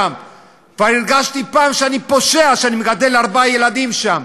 כבר הרגשתי פעם שאני פושע שאני מגדל ארבעה ילדים שם.